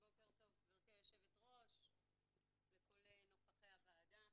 בוקר טוב, גברתי היושבת ראש, ולכל נוכחי הוועדה.